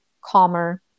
calmer